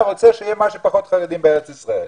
רוצה שיהיה מה שפחות חרדים בארץ ישראל.